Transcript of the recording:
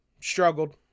struggled